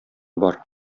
бар